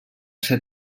ser